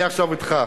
אני עכשיו אתך.